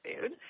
Food